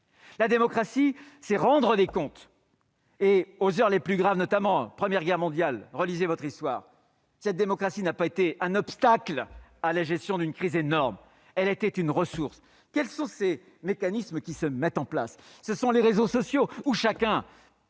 La démocratie consiste à rendre des comptes. Aux heures les plus graves de notre histoire, pendant la Première Guerre mondiale- relisez votre histoire !-, cette démocratie n'a pas été un obstacle à la gestion d'une crise énorme : elle a été une ressource. Or quels sont ces mécanismes qui se mettent en place ? Ce sont les réseaux sociaux, où chacun